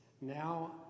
Now